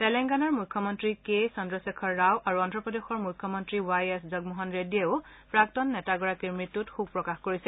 তেলেংগানাৰ মুখ্যমন্ত্ৰী কে চন্দ্ৰশেখৰ ৰাও আৰু অভ্ৰপ্ৰদেশৰ মুখ্যমন্তী ৱাই এছ জগমোহন ৰেড্ডীয়েও প্ৰাক্তন নেতাগৰাকীৰ মৃত্যুত শোক প্ৰকাশ কৰিছে